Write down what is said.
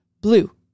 blue